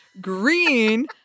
Green